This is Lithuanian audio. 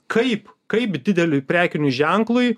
kaip kaip dideliui prekiniui ženklui